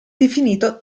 definito